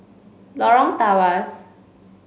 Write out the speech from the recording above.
Lorong Tawas